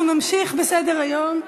למה את, אנחנו נמשיך בסדר-היום.